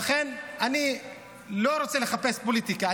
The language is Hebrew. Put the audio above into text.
לכן, אני לא רוצה לחפש פוליטיקה.